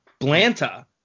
blanta